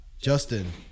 Justin